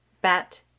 Bat